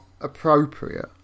appropriate